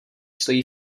stojí